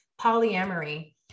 polyamory